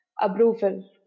approval